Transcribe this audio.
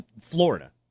Florida